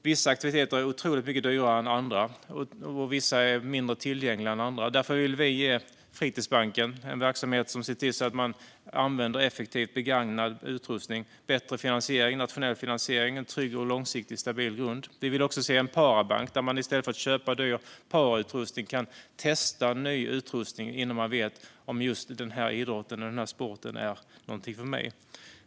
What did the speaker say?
Vissa aktiviteter är otroligt mycket dyrare än andra, och vissa är mindre tillgängliga än andra. Därför vill vi ge Fritidsbanken, en verksamhet som ser till att man effektivt använder begagnad utrustning, bättre finansiering, nationell finansiering, och en trygg och långsiktigt stabil grund. Vi vill också se en parabank där man i stället för att köpa dyr parautrustning kan testa ny utrustning innan man vet om just den idrotten eller sporten är något för mig.